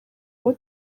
abo